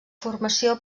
formació